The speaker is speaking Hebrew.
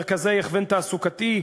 מרכזי הכוון תעסוקתי,